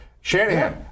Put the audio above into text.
Shanahan